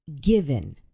given